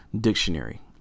Dictionary